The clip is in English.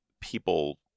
people